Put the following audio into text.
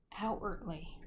outwardly